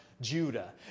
Judah